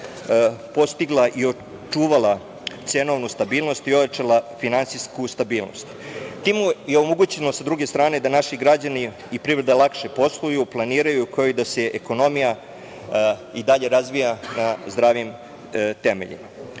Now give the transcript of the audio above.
postigla i očuvala cenovnu stabilnost i ojačala finansijsku stabilnost. Time je omogućeno sa druge strane da naši građani i privreda lakše posluju, planiraju, kao i da se ekonomija i dalje razvija na zdravim temeljima. Tokom